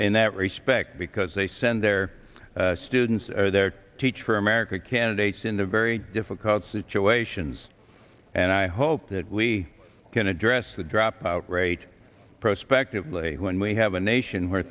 in that respect because they send their students are there to teach for america candidates in the very difficult situations and i hope that we can address the dropout rate prospectively when we have a nation where